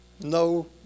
No